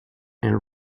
and